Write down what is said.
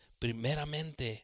primeramente